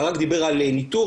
ברק דיבר על ניטור,